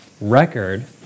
record